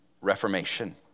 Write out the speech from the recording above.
Reformation